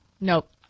Nope